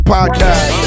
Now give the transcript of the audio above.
Podcast